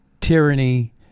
tyranny